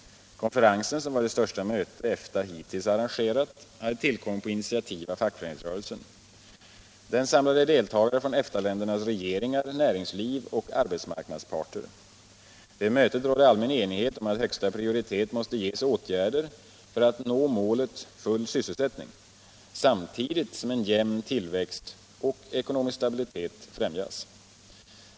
Konferensen, som var det största möte EFTA hittills har arrangerat, hade tillkommit på initiativ av fackföreningsrörelsen. Den samlade deltagare från EFTA-ländernas regeringar, näringliv och arbetsmarknadsparter. Vid mötet rådde allmän enighet om att högsta prioritet måste ges åtgärder för att nå målet full sysselsättning samtidigt som en jämn tillväxt och ekonomisk stabilitet främjas.